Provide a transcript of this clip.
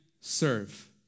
serve